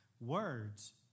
Words